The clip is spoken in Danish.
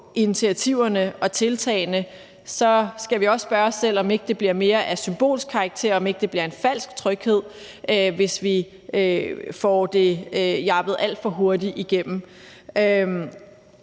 initiativerne og tiltagene, skal vi også spørge os selv, om ikke det bliver mere af symbolsk karakter, altså om ikke det bliver en falsk tryghed, hvis vi får det jappet alt for hurtigt igennem.